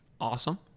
Awesome